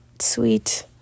sweet